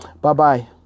Bye-bye